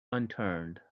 unturned